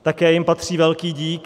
Také jim patří velký dík.